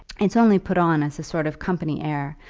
it's only put on as a sort of company air,